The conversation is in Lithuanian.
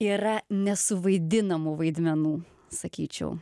yra nesuvaidinamų vaidmenų sakyčiau